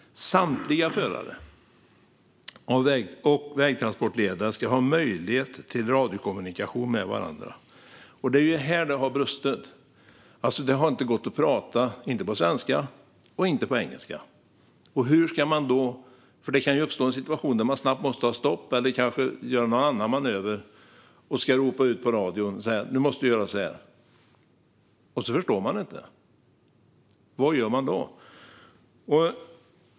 Samtliga förare och vägtransportledare ska ha möjlighet till radiokommunikation med varandra". Det är här det har brustit. Det har inte gått att prata, inte på svenska och inte på engelska. Det kan uppstå en situation som innebär att man snabbt måste stoppa eller göra någon annan manöver och behöver ropa ut på radion att "Nu måste vi göra så här!". Men om de andra inte förstår, vad gör man då?